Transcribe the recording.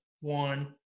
one